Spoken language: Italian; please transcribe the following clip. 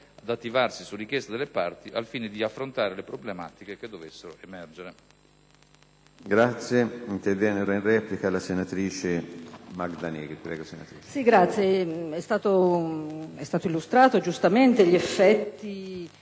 ad attivarsi su richiesta delle parti, al fine di affrontare le problematiche che dovessero emergere.